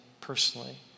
personally